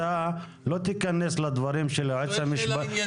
אתה לא תיכנס לדברים של היועץ המשפטי.